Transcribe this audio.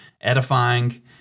edifying